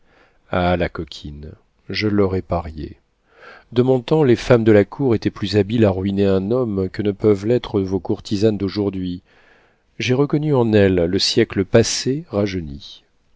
ah la coquine je l'aurais parié de mon temps les femmes de la cour étaient plus habiles à ruiner un homme que ne peuvent l'être vos courtisanes d'aujourd'hui j'ai reconnu en elle le siècle passé